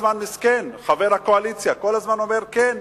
מסכן, חבר הקואליציה כל הזמן אומר "כן"